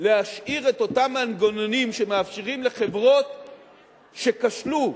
להשאיר את אותם מנגנונים שמאפשרים לחברות שכשלו,